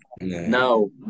No